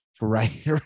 Right